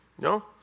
No